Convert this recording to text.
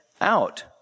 out